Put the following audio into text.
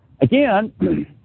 Again